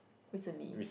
recently